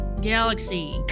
Galaxy